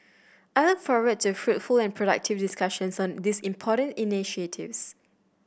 I look forward to fruitful and productive discussions on these important initiatives